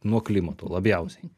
nuo klimato labiausiai